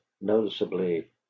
noticeably